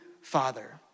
father